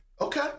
Okay